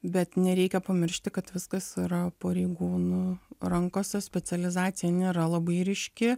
bet nereikia pamiršti kad viskas yra pareigūnų rankose specializacija nėra labai ryški